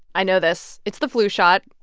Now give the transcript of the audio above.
i know this. it's the flu shot.